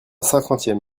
cinquantième